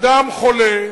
אדם חולה.